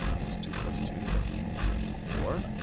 and what's two plus two? that's equal to four.